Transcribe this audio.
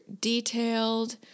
detailed